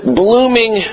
blooming